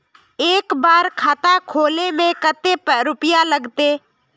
एक बार खाता खोले में कते रुपया लगते?